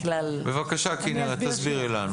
בבקשה כנרת, תסבירי לנו.